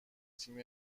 تیم